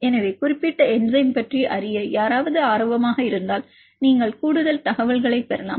எனவே குறிப்பிட்ட என்சைம் பற்றி அறிய யாராவது ஆர்வமாக இருந்தால் நீங்கள் கூடுதல் தகவல்களைப் பெறலாம்